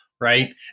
Right